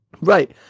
Right